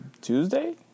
Tuesday